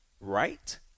right